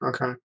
okay